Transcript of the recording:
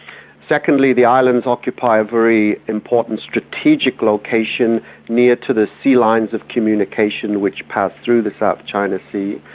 secondly, the islands occupy a very important strategic location near to the sea-lines of communication which pass through the south china sea.